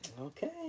Okay